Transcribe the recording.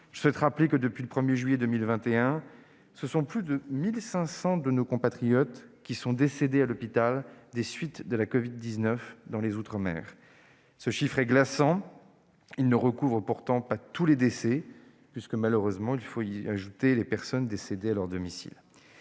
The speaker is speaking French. Je souhaite rappeler que, depuis le 1 juillet 2021, plus de 1 500 de nos compatriotes sont décédés à l'hôpital des suites de la covid-19 dans les outre-mer. Ce chiffre est glaçant ; il ne recouvre pourtant pas tous les décès, puisqu'il faut malheureusement y ajouter les personnes décédées à domicile.